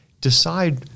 decide